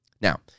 Now